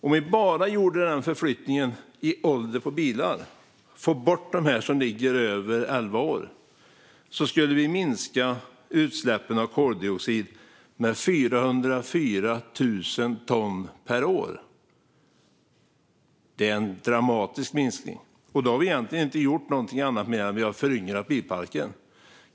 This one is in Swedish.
Om vi bara gjorde en förflyttning i ålder på bilar och fick bort dem som är över elva år skulle vi minska utsläppen av koldioxid med 404 000 ton per år. Det vore en dramatisk minskning, och då har vi egentligen inte gjort något annat än att föryngra bilparken.